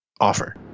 offer